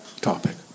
topic